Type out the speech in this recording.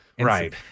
Right